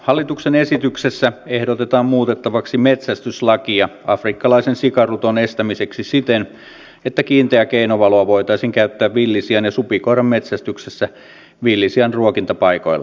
hallituksen esityksessä ehdotetaan muutettavaksi metsästyslakia afrikkalaisen sikaruton estämiseksi siten että kiinteää keinovaloa voitaisiin käyttää villisian ja supikoiran metsästyksessä villisian ruokintapaikoilla